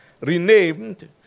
renamed